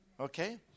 Okay